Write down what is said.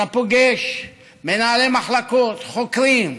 אתה פוגש מנהלי מחלקות, חוקרים.